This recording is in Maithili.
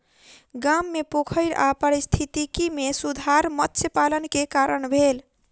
गाम मे पोखैर आ पारिस्थितिकी मे सुधार मत्स्य पालन के कारण भेल